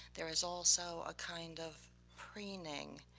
there is also a kind of preening,